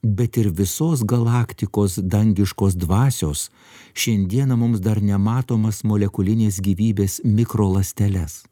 bet ir visos galaktikos dangiškos dvasios šiandieną mums dar nematomas molekulinės gyvybės mikro ląsteles